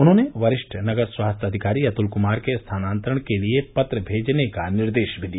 उन्होंने वारिष्ठ नगर स्वास्थ्य अधिकारी अतुल कुमार के स्थनान्तरण के लिए पत्र मेजने का निर्देश भी दिया